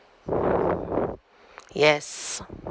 yes